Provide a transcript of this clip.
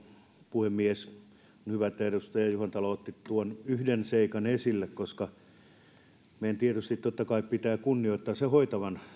puhemies on hyvä että edustaja juhantalo otti tuon yhden seikan esille meidän tietysti totta kai pitää kunnioittaa hoitavan